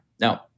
No